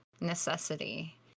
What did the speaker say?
necessity